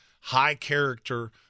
high-character